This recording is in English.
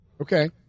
Okay